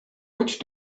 witch